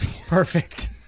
Perfect